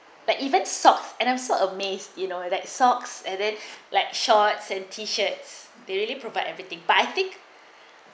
but even socks and I'm so amazed you know that socks and then like shorts and T. shirts they really provide everything but I think